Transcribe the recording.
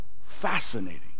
fascinating